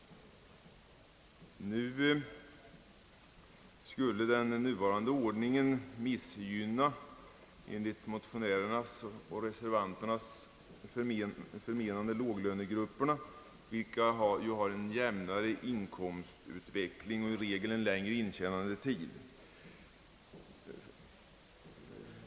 Den nuvarande ordningen skulle enligt motionärernas och reservanternas förmenande missgynna låglönegrupperna, vilka har en jämnare inkomstutveckling och i regel en längre intjänandetid.